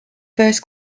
first